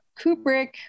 Kubrick